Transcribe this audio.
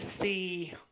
see